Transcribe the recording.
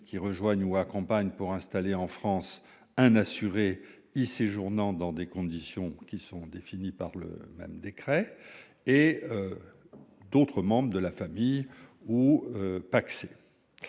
qui rejoignent ou accompagnent pour s'installer en France un assuré y séjournant dans les conditions prévues » par le décret, d'autres membres de la famille ou une